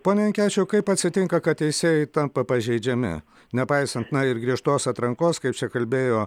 pone jankevičiau kaip atsitinka kad teisėjai tampa pažeidžiami nepaisant na ir griežtos atrankos kaip čia kalbėjo